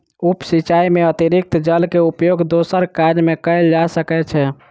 उप सिचाई में अतरिक्त जल के उपयोग दोसर काज में कयल जा सकै छै